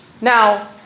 Now